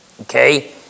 Okay